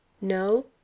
No